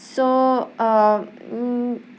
so uh mm